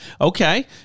Okay